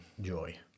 joy